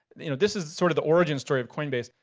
you know this is sort of the origin story of coinbase,